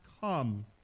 come